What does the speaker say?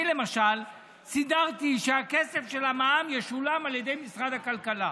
אני למשל סידרתי שהכסף של המע"מ ישולם על ידי משרד הכלכלה,